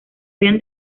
había